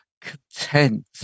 content